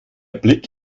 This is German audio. blick